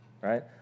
right